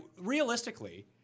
realistically